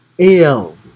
AL